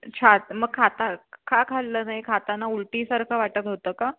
छात मग खाता का खाल्लं नाही खाताना उलटीसारखं वाटत होतं का